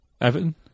Everton